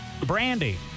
Brandy